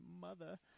mother